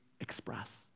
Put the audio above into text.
express